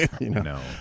No